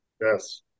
Yes